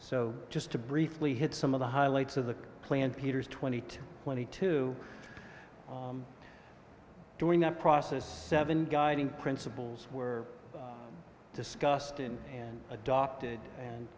so just to briefly hit some of the highlights of the plan peters twenty two twenty two during that process seven guiding principles were discussed and adopted and